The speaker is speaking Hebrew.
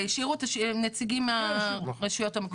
והשאירו נציגים מהרשויות המקומיות.